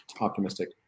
optimistic